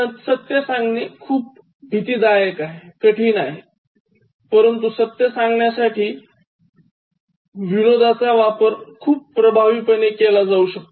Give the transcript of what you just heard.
नाहीतर सत्य सांगणे खूप भितीदायक आहे परंतु सत्य सांगण्यासाठी विनोदाचा वापर खूप प्रभावीपणे केला जाऊ शकतो